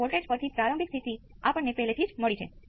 force response શું છે